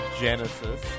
Genesis